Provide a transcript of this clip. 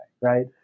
right